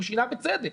הוא שינה ובצדק